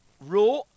Raw